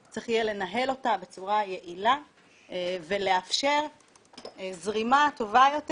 צריך יהיה לנהל אותה בצורה יעילה ולאפשר זרימה טובה יותר.